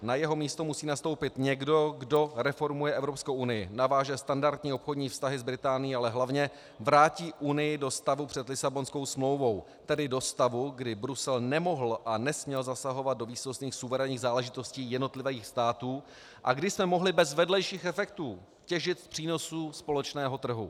Na jeho místo musí nastoupit někdo, kdo reformuje Evropskou unii, naváže standardní obchodní vztahy s Británií, ale hlavně vrátí Unii do stavu před Lisabonskou smlouvou, tedy do stavu, kdy Brusel nemohl a nesměl zasahovat do výsostných suverénních záležitostí jednotlivých států a kdy jsme mohli bez vedlejších efektů těžit z přínosů společného trhu.